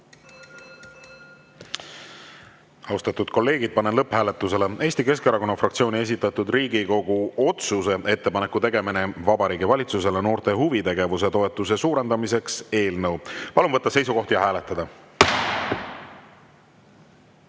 Austatud kolleegid, panen lõpphääletusele Eesti Keskerakonna fraktsiooni esitatud Riigikogu otsuse "Ettepaneku tegemine Vabariigi Valitsusele noorte huvitegevuse toetuse suurendamiseks" eelnõu. Palun võtta seisukoht ja hääletada!